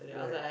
right